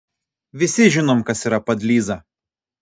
visi žinom kas yra padlyza